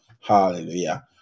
Hallelujah